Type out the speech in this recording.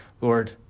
Lord